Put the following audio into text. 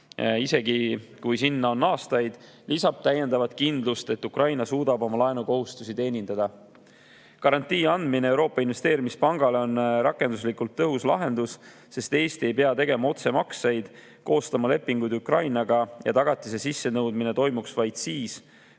isegi kui [liikmesuseni läheb] aastaid, lisab täiendavat kindlust, et Ukraina suudab oma laenukohustusi teenindada. Garantii andmine Euroopa Investeerimispangale on rakenduslikult tõhus lahendus, sest Eesti ei pea tegema otsemakseid ega koostama lepinguid Ukrainaga ja tagatise sissenõudmine toimuks vaid siis,